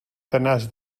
tenaç